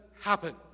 happen